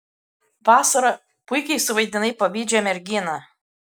vasara puikiai suvaidinai pavydžią merginą